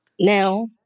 now